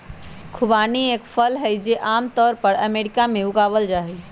खुबानी एक फल हई, जो आम तौर पर अमेरिका में उगावल जाहई